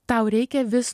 tau reikia vis